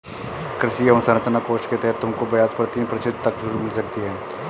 कृषि अवसरंचना कोष के तहत तुमको ब्याज पर तीन प्रतिशत तक छूट मिल सकती है